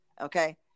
Okay